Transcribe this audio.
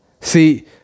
See